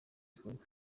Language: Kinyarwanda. gikorwa